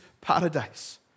paradise